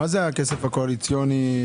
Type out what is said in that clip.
מה זה הכסף הקואליציוני?